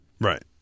Right